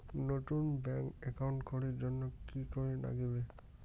নতুন bank account করির জন্যে কি করিব নাগিবে?